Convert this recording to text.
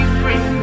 free